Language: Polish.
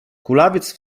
kulawiec